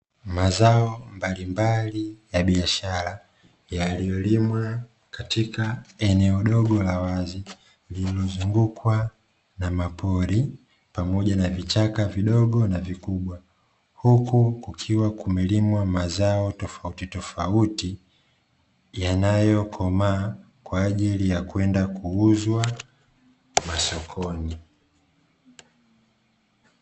Mazao mbalimbali ya biashara yaliyolimwa katika eneo dogo la wazi lililozungukwa na mapori pamoja na vichaka vidogo na vikubwa huku kukiwa kumelimwa mazao tofauti tofauti yanayokomaa kwaajili ya kwenda kuuzwa masokoni.